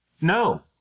No